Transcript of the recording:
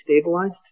stabilized